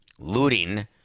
looting